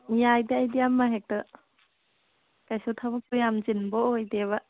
ꯌꯥꯏꯗ ꯑꯩꯗꯤ ꯑꯃꯍꯦꯛꯇ ꯀꯩꯁꯨ ꯊꯕꯛꯁꯨ ꯌꯥꯝ ꯆꯤꯟꯕ ꯑꯣꯏꯗꯦꯕ